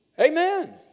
Amen